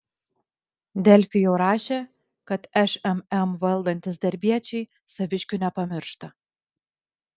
delfi jau rašė kad šmm valdantys darbiečiai saviškių nepamiršta